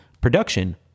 production